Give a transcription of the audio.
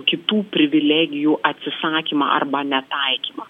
kitų privilegijų atsisakymą arba netaikymą